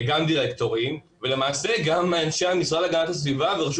גם דירקטורים ולמעשה גם אנשי המשרד להגנת הסביבה ורשות